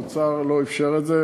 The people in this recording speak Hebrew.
האוצר לא אפשר את זה,